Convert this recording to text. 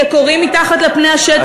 שקורים מתחת לפני השטח כבר שנים,